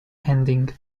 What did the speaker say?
ending